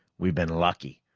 we've been lucky,